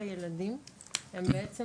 לא כל הילדים הם בעצם